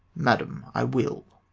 madam, i will.